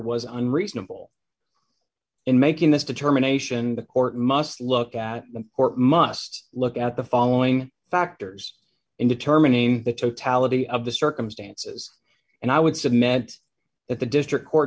was unreasonable in making this determination the court must look at or must look at the following factors in determining the totality of the circumstances and i would submit that the district court